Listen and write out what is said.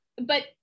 but-